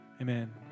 Amen